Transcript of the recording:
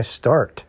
start